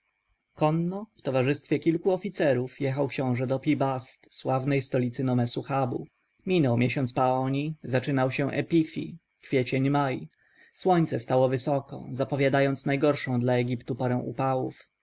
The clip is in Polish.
w towarzystwie kilku oficerów jechał książę do pi-bast sławnej stolicy nomesu habu minął miesiąc paoni zaczynał się epifi kwiecień maj słońce stało wysoko zapowiadając najgorszą dla egiptu porę upałów